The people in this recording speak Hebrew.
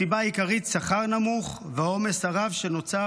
הסיבה העיקרית: שכר נמוך והעומס הרב שנוצר